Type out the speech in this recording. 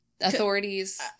Authorities